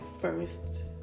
first